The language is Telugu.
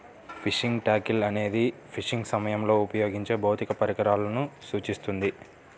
ఫిషింగ్ టాకిల్ అనేది ఫిషింగ్ సమయంలో ఉపయోగించే భౌతిక పరికరాలను సూచిస్తుంది